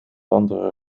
andere